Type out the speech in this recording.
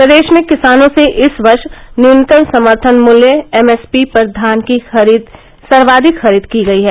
प्रदेश में किसानों से इस वर्ष न्यूनतम समर्थन मूल्य एमएसपी पर धान की सर्वाधिक खरीद की गयी है